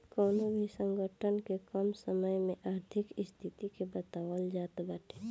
कवनो भी संगठन के कम समय में आर्थिक स्थिति के बतावल जात बाटे